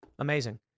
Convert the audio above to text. Amazing